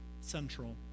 central